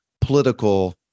political